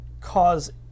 cause